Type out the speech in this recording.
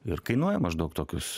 ir kainuoja maždaug tokius